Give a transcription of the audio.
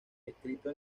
escrito